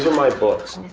my books.